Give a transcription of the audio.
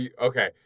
Okay